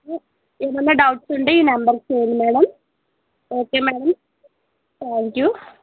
ఏమైనా డౌట్స్ ఉంటే ఈ నెంబర్కి చెయ్యండి madam okay madam thank you